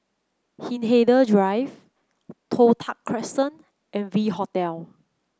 Hindhede Drive Toh Tuck Crescent and V Hotel